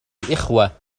إخوة